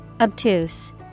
Obtuse